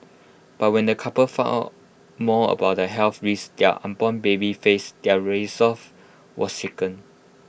but when the couple found out more about the health risks their unborn baby faced their resolve was shaken